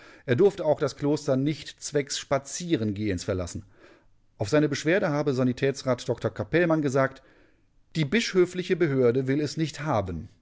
er durfte auch das kloster nicht zwecks spazierengehens verlassen auf seine beschwerde habe sanitätsrat dr capellmann gesagt die bischöfliche behörde will es nicht haben